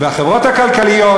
והחברות הכלכליות,